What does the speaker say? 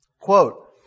Quote